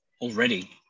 already